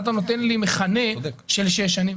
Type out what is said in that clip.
מה אתה נותן לי מכנה של שש שנים?